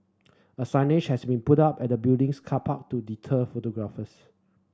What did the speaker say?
a signage has been put up at the building's car park to deter photographers